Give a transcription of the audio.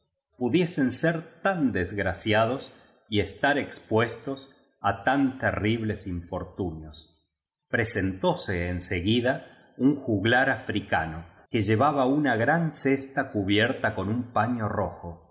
pudiesen ser tan desgraciados y estar expuestos á tan terribles infortunios presentóse en seguida un juglar africano que llevaba una gran cesta cubierta con un paño rojo